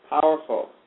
powerful